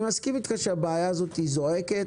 אני מסכים אתך שהבעיה הזאת זועקת